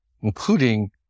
including